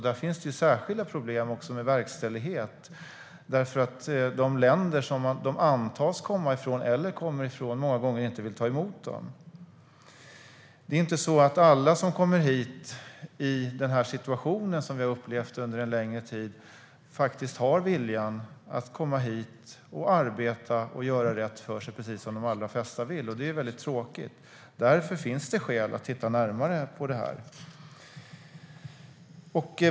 Där finns det särskilda problem med verkställigheten. De länder som de antas komma ifrån eller kommer ifrån vill många gånger inte ta emot dem. Alla som kommit hit i den situation som vi har upplevt under en längre tid har faktiskt inte viljan att arbeta och göra rätt för sig, vilket dock de allra flesta vill. Det är väldigt tråkigt. Därför finns det skäl att titta närmare på detta.